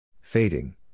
Fading